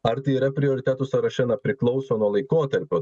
ar tai yra prioritetų sąraše na priklauso nuo laikotarpio